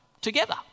together